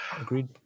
Agreed